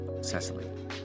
Cecily